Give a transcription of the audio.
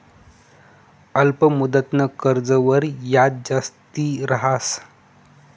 अल्प मुदतनं कर्जवर याज जास्ती रहास